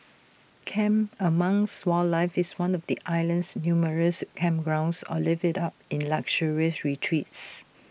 camp amongst wildlife in one of the island's numerous campgrounds or live IT up in luxurious retreats